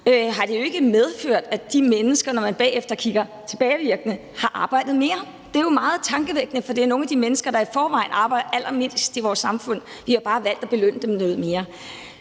gange ikke har medført, at de mennesker har arbejdet mere, og det er jo meget tankevækkende. For det er nogle af de mennesker, der i forvejen arbejder allermest i vores samfund. Vi har bare valgt at belønne dem noget mere.